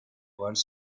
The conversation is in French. voiles